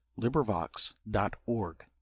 LibriVox.org